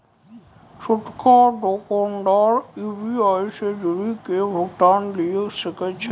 छोटका दोकानदार यू.पी.आई से जुड़ि के भुगतान लिये सकै छै